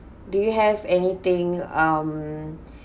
do you have anything um